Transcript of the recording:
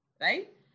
right